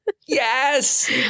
Yes